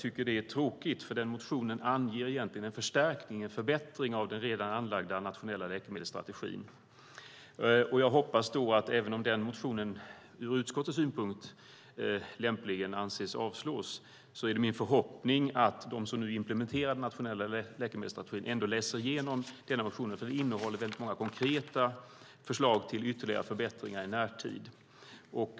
Det är tråkigt eftersom den anger en förstärkning och förbättring av den redan anlagda nationella läkemedelsstrategin. Även om motionen avstyrks av utskottet är min förhoppning att de som implementerar den nationella läkemedelsstrategin ändå läser igenom den, för den innehåller många konkreta förslag till ytterligare förbättringar i närtid.